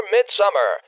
Midsummer